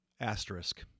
Asterisk